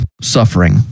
suffering